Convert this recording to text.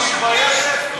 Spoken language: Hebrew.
היא לא מתביישת?